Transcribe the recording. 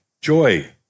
joy